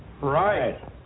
Right